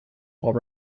while